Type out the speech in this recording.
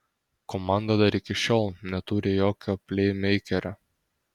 komanda dar iki šiol neturi jokio pleimeikerio